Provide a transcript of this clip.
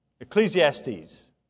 Ecclesiastes